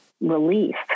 relief